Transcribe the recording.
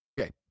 Okay